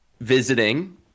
visiting